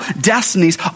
destinies